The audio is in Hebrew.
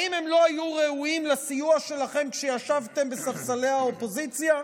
האם הם לא היו ראויים לסיוע שלכם כשישבתם על ספסלי האופוזיציה?